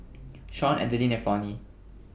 Shawn Adeline and Fronnie